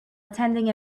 attending